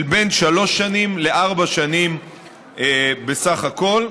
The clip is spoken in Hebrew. בין שלוש שנים לארבע שנים בסך הכול.